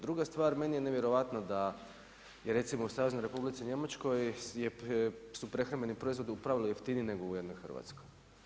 Druga stvar, meni je nevjerojatno da je recimo u Saveznoj Republici Njemačkoj su prehrambeni proizvodi u pravilu jeftiniji nego u jednoj Hrvatskoj.